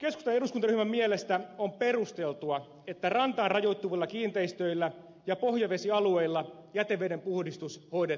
keskustan eduskuntaryhmän mielestä on perusteltua että rantaan rajoittuvilla kiinteistöillä ja pohjavesialueilla jäteveden puhdistus hoidetaan hyvin